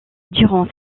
durant